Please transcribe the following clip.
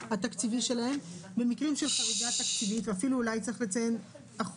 לפי זה היינו צריכים להעביר עכשיו